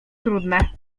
trudne